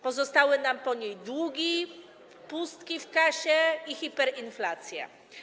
Pozostały nam po niej długi, pustki w kasie i hiperinflacja.